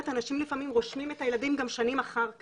אנשים לפעמים רושמים את הילדים גם שנים אחר כך.